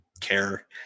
care